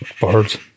Birds